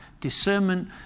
discernment